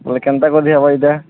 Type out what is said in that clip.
ବେଲେ କେନ୍ତା କରିହେବା ଇଟା